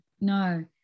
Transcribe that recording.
no